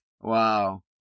wow